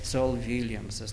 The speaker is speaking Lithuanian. sol viljamsas